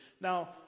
Now